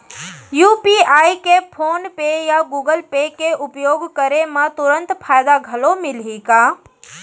UPI के PhonePe या Google pay के उपयोग करे म तुरंत फायदा घलो मिलही का?